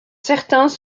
certains